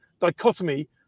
dichotomy